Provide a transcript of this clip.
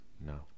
No